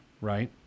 Right